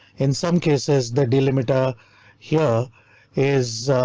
in some cases the delimiter here is.